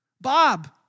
Bob